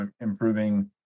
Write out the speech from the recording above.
improving